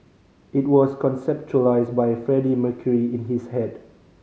it was conceptualised by Freddie Mercury in his head